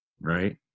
Right